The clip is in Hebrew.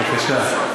בבקשה.